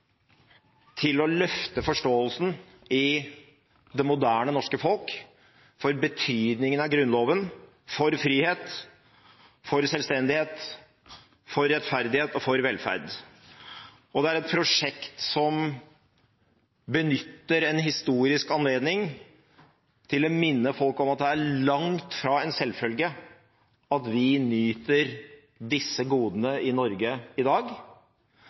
til å løfte forståelsen i det moderne norske folk for betydningen av Grunnloven, for frihet, for selvstendighet, for rettferdighet og for velferd, og det er et prosjekt som benytter en historisk anledning til å minne folk om at det er langt fra en selvfølge at vi nyter disse godene i Norge i dag.